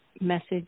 message